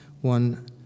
one